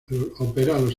los